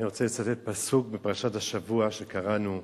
אני רוצה לצטט פסוק מפרשת השבוע שקראנו: